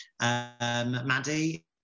Maddie